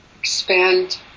Expand